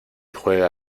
juega